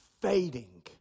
fading